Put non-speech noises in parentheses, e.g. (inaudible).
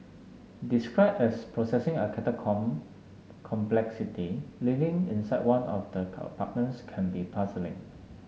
described as possessing a catacomb complexity living inside one of the (unintelligible) can be puzzling